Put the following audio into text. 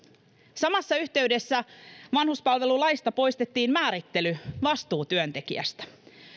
samassa yhteydessä vanhuspalvelulaista poistettiin määrittely vastuutyöntekijästä